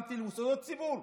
מוסדות ציבור,